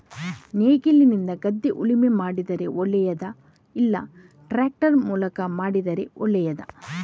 ನೇಗಿಲಿನಿಂದ ಗದ್ದೆ ಉಳುಮೆ ಮಾಡಿದರೆ ಒಳ್ಳೆಯದಾ ಇಲ್ಲ ಟ್ರ್ಯಾಕ್ಟರ್ ಉಪಯೋಗ ಮಾಡಿದರೆ ಒಳ್ಳೆಯದಾ?